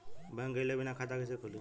Bank गइले बिना खाता कईसे खुली?